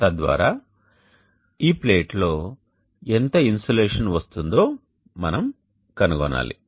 తద్వారా ఈ ప్లేట్లో ఎంత ఇన్సోలేషన్ వస్తుందో మనం కనుగొనాలి